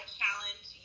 challenge